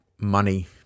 money